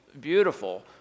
beautiful